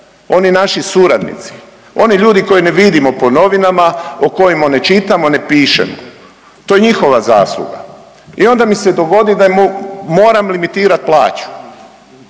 oni naši suradnici, oni ljudi koje ne vidimo po novinama, o kojima ne čitamo, ne pišemo. To je njihova zasluga. I onda mi se dogodi da im moram limitirat plaću.